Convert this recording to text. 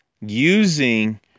using